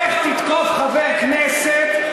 איך תתקוף חבר כנסת,